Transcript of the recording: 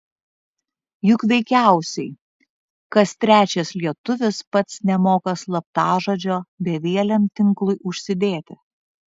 juk veikiausiai kas trečias lietuvis pats nemoka slaptažodžio bevieliam tinklui užsidėti